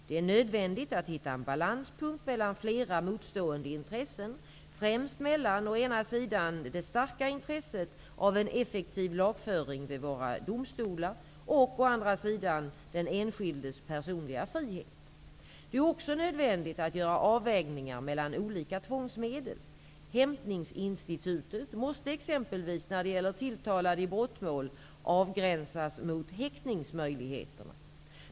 Det är nödvändigt att hitta en balanspunkt mellan flera motstående intressen, främst mellan å ena sidan det starka intresset av en effektiv lagföring vid våra domstolar och å andra sidan den enskildes personliga frihet. Det är också nödvändigt att göra avvägningar mellan olika tvångsmedel. Hämtningsinstitutet måste exempelvis när det gäller tilltalade i brottmål avgränsas mot häktningsmöjligheterna.